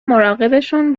مراقبشون